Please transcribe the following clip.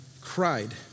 cried